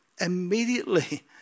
Immediately